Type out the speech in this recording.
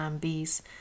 bees